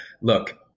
look